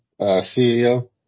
CEO